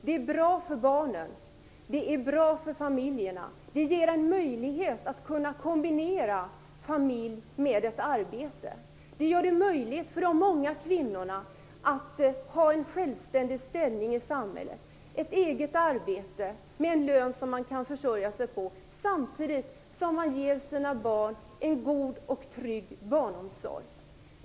Den är bra för barnen, och den är bra för familjerna. Barnomsorgen ger en möjlighet att kunna kombinera familj med ett arbete. Den gör det möjligt för de många kvinnorna att ha en självständig ställning i samhället, ett eget arbete med en lön som man kan försörja sig på samtidigt som man ger sina barn en god och trygg barnomsorg.